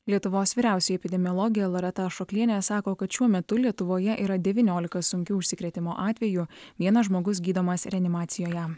lietuvos vyriausioji epidemiologė loreta ašoklienė sako kad šiuo metu lietuvoje yra devyniolika sunkių užsikrėtimo atvejų vienas žmogus gydomas reanimacijoje